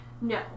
No